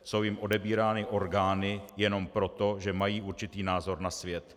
Jsou jim odebírány orgány jenom proto, že mají určitý názor na svět.